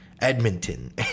Edmonton